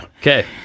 Okay